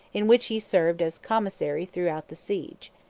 in which he served as commissary throughout the siege.